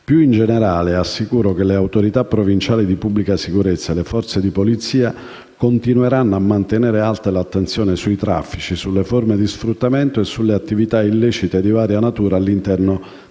Più in generale, assicuro che le autorità provinciali di pubblica sicurezza e le forze di polizia continueranno a mantenere alta l'attenzione sui traffici, sulle forme di sfruttamento e sulle attività illecite di varia natura all'interno